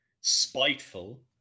spiteful